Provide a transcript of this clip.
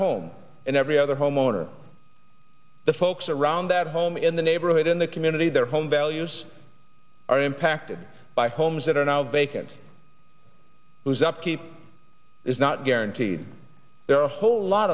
home and every other homeowner the folks around that home in the neighborhood in the community their home values are impacted by homes that are now vacant whose upkeep is not guaranteed there are a whole lot